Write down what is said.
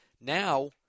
Now